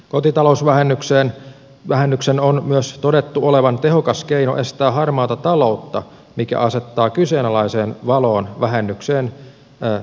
kotitalousvähennyksen on myös todettu olevan tehokas keino estää harmaata taloutta mikä asettaa kyseenalaiseen valoon vähennykseen tehdyt muutokset